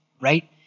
right